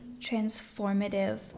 transformative